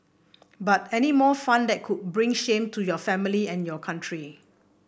but any more fun that could bring shame to your family and your country